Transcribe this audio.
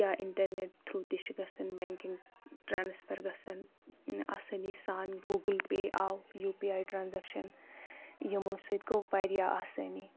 یا internet through تہِ چھِ گژھان بٮ۪نٛکِنٛگ ٹرٛانَسفَر گژھان آسٲنی سان گوٗگٕل پے آو یوٗ پی آی ٹرٛانزیکشَن یِمو سۭتۍ گوٚو واریاہ آسٲنی